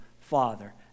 father